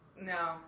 No